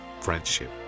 friendship